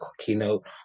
keynote